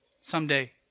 someday